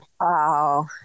Wow